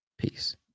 Peace